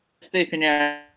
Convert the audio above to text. Stephen